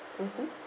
mmhmm